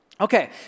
Okay